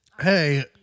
Hey